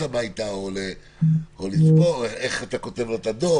הביתה או איך אתה כותב לו את הדוח,